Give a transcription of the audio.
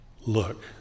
Look